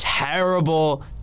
Terrible